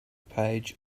page